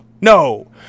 No